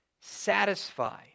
satisfy